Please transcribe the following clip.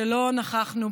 של חברת הכנסת